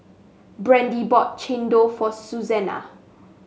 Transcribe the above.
Brandie bought chendol for Suzanna